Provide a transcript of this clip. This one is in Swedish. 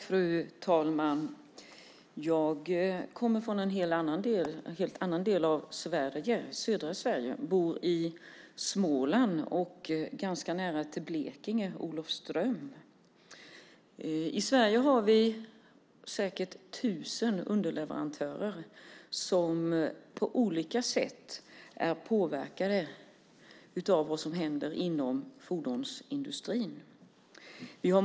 Fru talman! Jag kommer från en helt annan del av Sverige, södra Sverige. Jag bor i Småland ganska nära Blekinge och Olofström. I Sverige har vi säkert tusen underleverantörer som på olika sätt är påverkade av vad som händer inom fordonsindustrin.